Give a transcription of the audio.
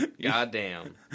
Goddamn